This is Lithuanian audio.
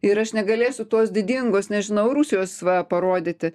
ir aš negalėsiu tos didingos nežinau rusijos va parodyti